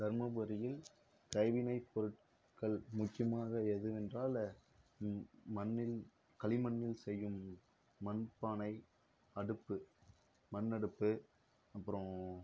தர்மபுரியில் கைவினைப் பொருட்கள் முக்கியமாக எதுவென்றால் மண்ணில் களிமண்ணில் செய்யும் மண் பானை அடுப்பு மண் அடுப்பு அப்புறம்